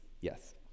Yes